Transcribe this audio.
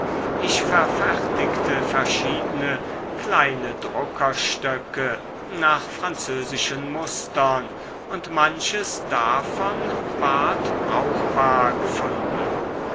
ich verfertigte verschiedene kleine druckerstöcke nach französischen mustern und manches davon ward brauchbar gefunden